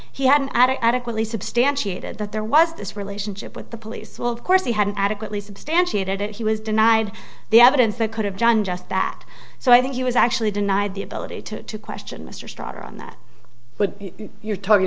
he had an addict adequately substantiated that there was this relationship with the police well of course he hadn't adequately substantiated it he was denied the evidence that could have done just that so i think he was actually denied the ability to question mr strother on that but you're talking